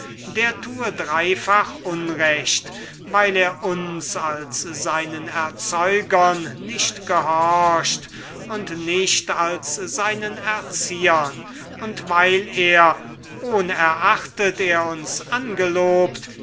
der tue dreifach unrecht weil er uns als seinen erzeugern nicht gehorcht und nicht als seinen erziehern und weil er ohnerachtet er uns angelobt